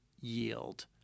yield